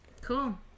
cool